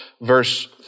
verse